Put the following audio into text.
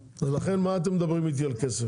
לכן מה אתם מדברים איתי על כסף?